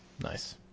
Nice